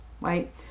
right